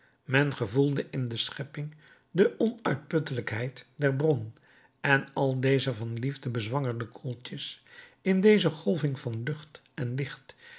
men gevoelde in de schepping de onuitputtelijkheid der bron en al deze van liefde bezwangerde koeltjes in deze golving van lucht en licht